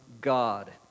God